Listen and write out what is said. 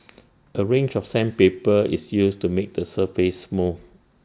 A range of sandpaper is used to make the surface smooth